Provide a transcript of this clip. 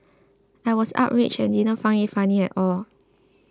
I was outraged and didn't find it funny at all